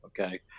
okay